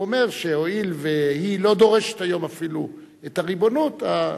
והוא אומר שהואיל והיא לא דורשת היום אפילו את הריבונות,